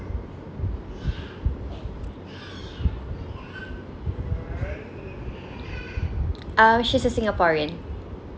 uh she's a singaporean